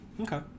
Okay